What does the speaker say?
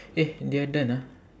eh they are done ah